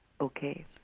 okay